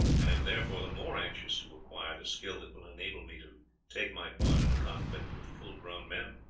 and am therefore the more anxious to acquire the skill that will enable me to take my part in a conflict with full-grown men.